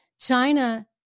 China